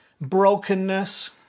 brokenness